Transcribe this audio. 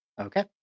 Okay